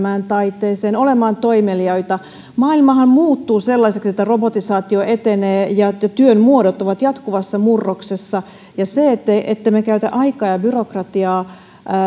yrittämään taiteeseen olemaan toimeliaita maailmahan muuttuu sellaiseksi että robotisaatio etenee ja työn muodot ovat jatkuvassa murroksessa ja se että me käytämme aikaa ja byrokratiaa